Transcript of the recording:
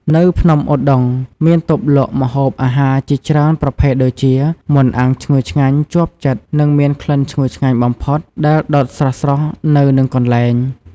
នៅភ្នំឧដុង្គ មានតូបលក់ម្ហូបអាហារជាច្រើនប្រភេទដូចជា មាន់អាំង ឈ្ងុយឆ្ងាញ់ជាប់ចិត្តនិងមានក្លិនឈ្ងុយឆ្ងាញ់បំផុត ដែលដុតស្រស់ៗនៅនឹងកន្លែង។